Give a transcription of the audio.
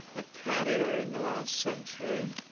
a carrier in the last century